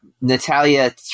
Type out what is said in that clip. natalia